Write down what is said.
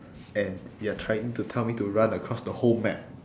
and you are trying to tell me to run across the whole map